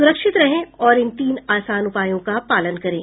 सुरक्षित रहें और इन तीन आसान उपायों का पालन करें